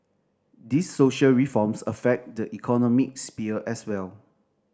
these social reforms affect the economic sphere as well